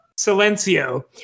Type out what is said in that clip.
Silencio